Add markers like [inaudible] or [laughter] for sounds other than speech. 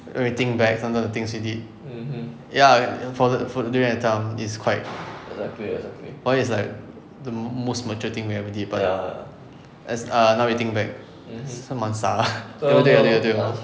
when you think back sometimes the things we did ya for the for the during that time it's quite why is like the most mature thing we ever did but as err now we think back 是蛮傻的 [laughs] 对 lor 对 lor 对 lor